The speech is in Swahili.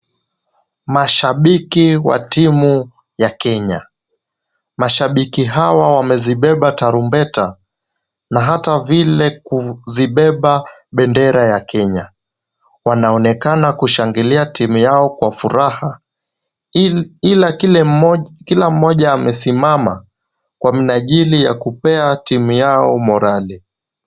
Mashabiki wa timu ya Kenya. Mashabiki hawa wamezibeba tarumbeta na hata vile kuzibeba bendera ya Kenya. Wanaonekana kushangilia timu yao kwa furaha. Ila kila mmoja amesimama, kwa minajili ya kupea timu yao morali.